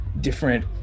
different